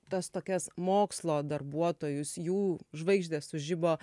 tas tokias mokslo darbuotojus jų žvaigždės sužibo